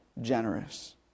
generous